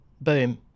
Boom